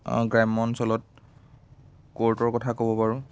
গ্ৰাম্য অঞ্চলত ক'ৰ্টৰ কথা ক'ব পাৰোঁ